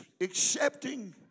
accepting